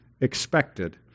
expected